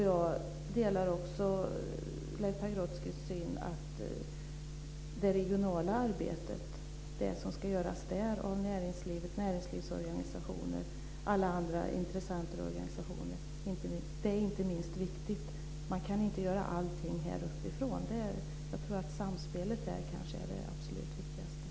Jag delar också Leif Pagrotskys syn att det som ska göras i det regionala arbetet av näringslivsorganisationer och andra intressenter är inte minst viktigt. Det går inte att göra allt här uppifrån. Samspelet är det absolut viktigaste.